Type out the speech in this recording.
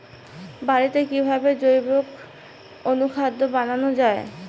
বাড়িতে কিভাবে জৈবিক অনুখাদ্য বানানো যায়?